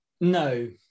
no